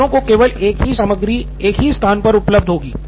छात्रों को केवल एक ही सामग्री एक ही स्थान पर उपलब्ध होगी